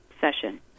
session